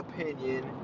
opinion